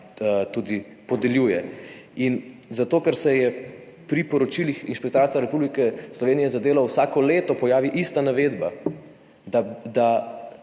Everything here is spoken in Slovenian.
tudi podeljuje. In zato, ker se pri poročilih Inšpektorata Republike Slovenije za delo vsako leto pojavi ista navedba, da